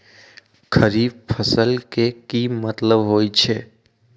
खरीफ फसल के की मतलब होइ छइ?